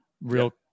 Real